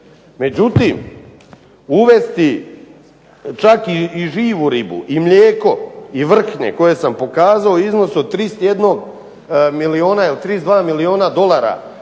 Međutim, uvesti čak i živu ribu i mlijeko i vrhnje koje sam pokazao u iznosu od 31 milijuna ili 32 milijuna dolara,